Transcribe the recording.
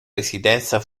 residenza